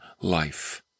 life